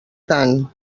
tant